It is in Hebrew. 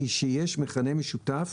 היא שיש מכנה משותף